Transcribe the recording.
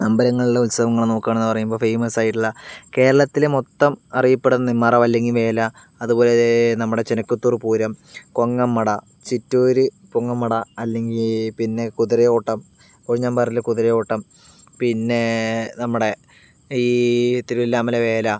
അമ്പലങ്ങളിലെ ഉത്സവങ്ങൾ നോക്കുകാണെന്ന് പറയുമ്പോൾ ഫെയ്മസായിട്ടുള്ള കേരളത്തിലെ മൊത്തം അറിയപ്പെടുന്ന ഈ മറവ് അല്ലെങ്കിൽ വേല അതുപോലെ നമ്മുടെ ചെനികുത്തൂർ പൂരം കൊങ്ങമ്മട ചിറ്റൂർ കൊങ്ങമ്മട അല്ലെങ്കിൽ പിന്നെ കുതിരയോട്ടം കൊഴിഞ്ഞാപാറയിലെ കുതിരയോട്ടം പിന്നെ നമ്മുടെ ഈ തിരുവില്വാമല വേല